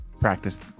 practice